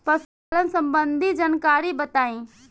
पशुपालन सबंधी जानकारी बताई?